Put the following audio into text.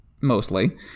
mostly